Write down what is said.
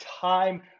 time